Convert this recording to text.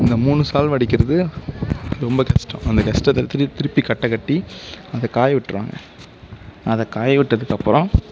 அந்த மூணு சால்வ் அடிக்கிறது அது ரொம்ப கஷ்டம் அந்த கஷ்டத்துல திருப்பி திருப்பி கட்டை கட்டி அதை காயவிட்டிருவாங்க அதை காயவிட்டதுக்கப்புறம்